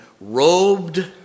Robed